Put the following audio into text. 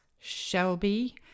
Shelby